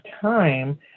time